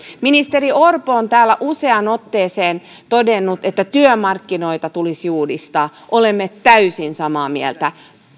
ministeri orpo on täällä useaan otteeseen todennut että työmarkkinoita tulisi uudistaa olemme täysin samaa mieltä